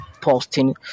posting